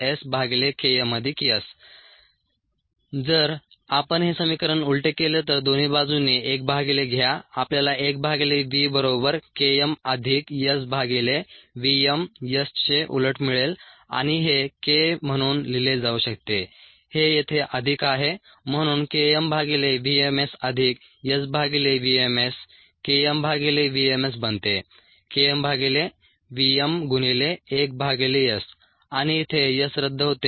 vvmSKmS जर आपण हे समीकरण उलटे केले तर दोन्ही बाजूंनी 1 भागिले घ्या आपल्याला 1 भागिले v बरोबर K m अधिक S भागिले v m S चे उलट मिळेल आणि हे K म्हणून लिहीले जाऊ शकते हे येथे अधिक आहे म्हणून K m भागिले v m S अधिक S भागिले v m S K m भागिले v m S बनते K m भागिले v m गुणिले 1 भागिले S आणि इथे S रद्द होते